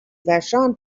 vashon